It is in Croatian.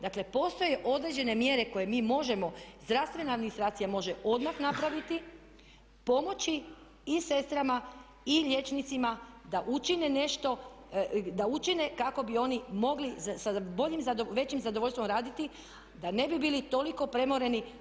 Dakle, postoje određene mjere koje mi možemo, zdravstvena administracija može odmah napraviti, pomoći i sestrama i liječnicima da učine nešto kako bi oni mogli sa većim zadovoljstvom raditi da ne bi bili toliko premoreni.